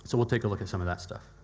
so will take a look at some of that stuff.